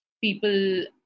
people